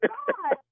God